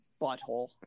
butthole